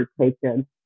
taken